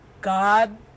God